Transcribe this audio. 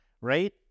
right